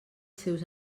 seus